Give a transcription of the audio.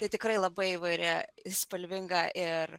tai tikrai labai įvairi spalvinga ir